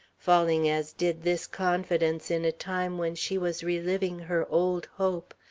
falling as did this confidence in a time when she was re-living her old hope,